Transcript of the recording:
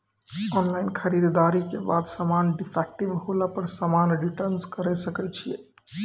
Online खरीददारी के बाद समान डिफेक्टिव होला पर समान रिटर्न्स करे सकय छियै?